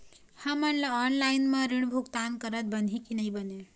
हमन ला ऑनलाइन म ऋण भुगतान करत बनही की नई बने?